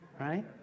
Right